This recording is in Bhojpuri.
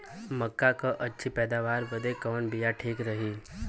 मक्का क अच्छी पैदावार बदे कवन बिया ठीक रही?